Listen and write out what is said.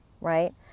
right